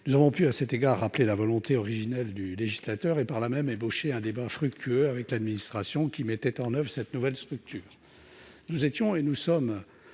Nous avons pu, à cet égard, rappeler la volonté originelle du législateur et, par là même, ébaucher un débat fructueux avec l'administration, qui mettait en oeuvre cette nouvelle structure. Nous étions et nous sommes